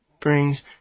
brings